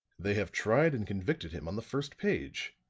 they have tried and convicted him on the first page.